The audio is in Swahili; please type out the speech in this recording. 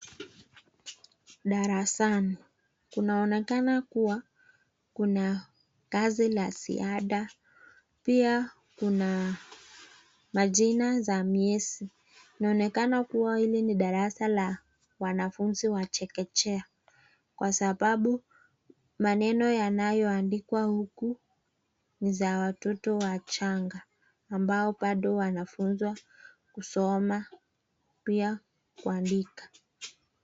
Darasani, kunaonekana kuwa kuna kazi ya ziada, pia kuna majina za miezi. Inaonekana kuwa hili ni darasa la wanafunzi wa chekechea kwa sababu maneno yanayoandikwa huku ni za watoto wachanga ambao bado wanafunzwa kusoma pia kuandika.